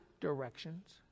directions